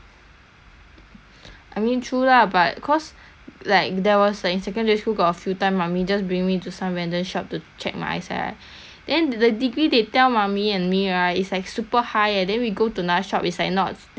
I mean true lah but cause like there was like in secondary school got a few time mummy just bring me to some random shop to check my eyesight right then the degree they tell mummy and me right it's like super high eh then we go to another shop it's like not that that drastic lor